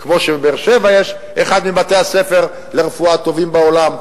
כמו שבבאר-שבע יש אחד מבתי-הספר לרפואה הטובים בעולם,